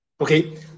okay